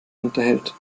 unterhält